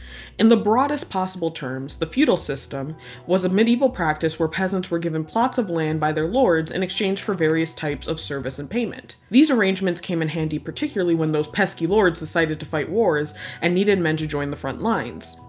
in the broadest possible terms, the feudal system was a medieval practice where peasants were given plots of lands by their lords in exchange for various types of service and payment. these arrangements came in handy particularly when those pesky lords decided to fight wars and needed men to join the front lines.